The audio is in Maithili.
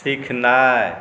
सीखनाइ